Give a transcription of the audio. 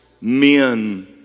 men